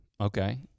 Okay